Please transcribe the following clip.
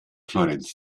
florenz